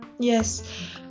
Yes